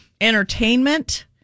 Entertainment